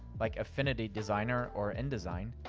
like affinity designer or indesign,